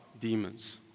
demons